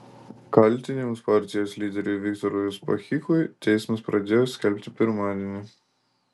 kaltinimus partijos lyderiui viktorui uspaskichui teismas pradėjo skelbti pirmadienį